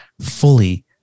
fully